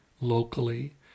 locally